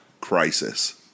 Crisis